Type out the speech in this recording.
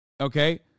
okay